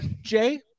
Jay